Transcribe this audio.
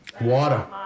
water